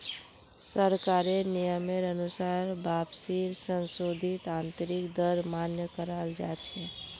सरकारेर नियमेर अनुसार वापसीर संशोधित आंतरिक दर मान्य कराल जा छे